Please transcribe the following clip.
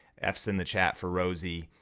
f's in the chat for rosie,